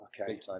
okay